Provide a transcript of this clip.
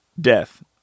death